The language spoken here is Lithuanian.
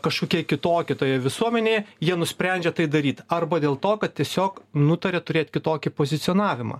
kažkokie kitokie toje visuomenėje jie nusprendžia tai daryt arba dėl to kad tiesiog nutarė turėt kitokį pozicionavimą